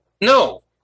No